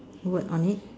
word on it